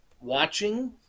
watching